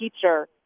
teacher